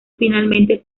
finalmente